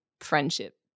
friendship